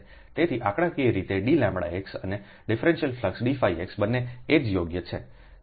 તેથી આંકડાકીય રીતે dλx અને ડિફરન્ટલ ફ્લક્સ dφxબંને એ જ યોગ્ય છે